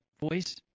voice